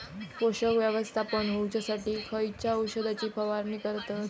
पोषक व्यवस्थापन होऊच्यासाठी खयच्या औषधाची फवारणी करतत?